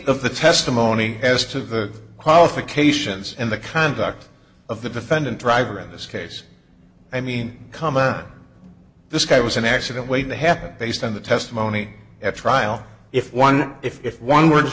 the testimony as to the qualifications and the conduct of the defendant driver in this case i mean come on this guy was an accident waiting to happen based on the testimony at trial if one if one w